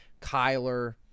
Kyler